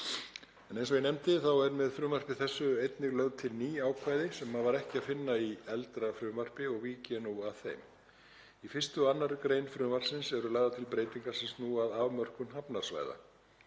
Eins og ég nefndi eru með frumvarpi þessu einnig lögð til ný ákvæði sem var ekki að finna í eldra frumvarpi og vík ég nú að þeim. Í 1. og 2. gr. frumvarpsins eru lagðar til breytingar sem snúa að afmörkun hafnarsvæða.